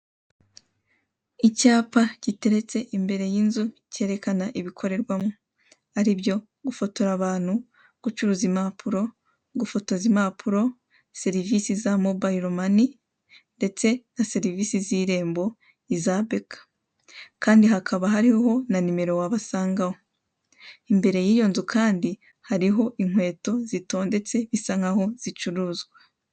Icyapa giteretse imbere y'inzu cyerekana ibikorerwamo aribyo gufotora abantu, gucuruza impapuro, gufotoza impapuro, serivisi za mobayiro mani ndetse na serivisi z'irembo iza beka kandi hakaba hariho na nimero wabasangaho. Imbere y'iyo nzu kandi hariho inkweto zitondetse bisa nkaho zicuruzwa.